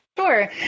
Sure